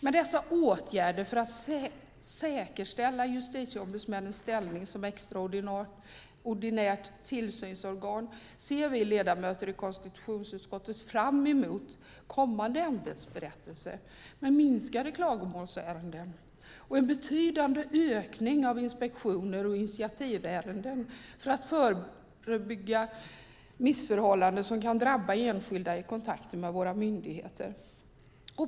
Med dessa åtgärder för att säkerställa Justitieombudsmännens ställning som extraordinärt tillsynsorgan ser vi ledamöter i konstitutionsutskottet fram emot kommande ämbetsberättelse med minskade klagomålsärenden och en betydande ökning av inspektioner och initiativärenden för att förebygga missförhållanden som kan drabba enskilda i kontakter med våra myndigheter.